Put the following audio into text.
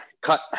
Cut